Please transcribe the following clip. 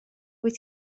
wyt